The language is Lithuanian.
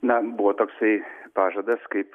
na buvo toksai pažadas kaip